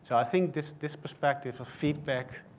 so i think this this perspective of feedback,